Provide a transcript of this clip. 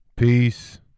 Peace